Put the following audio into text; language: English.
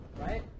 right